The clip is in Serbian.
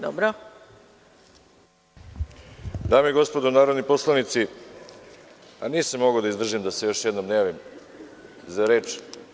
Dame i gospodo narodni poslanici, nisam mogao da izdržim da se još jednom ne javim za reč.